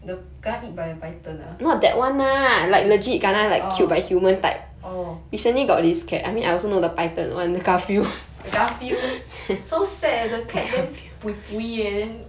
the kena eat by a python ah orh oh garfield so sad leh the cat damn pui pui then